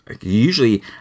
usually